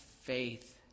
faith